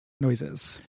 noises